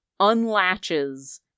unlatches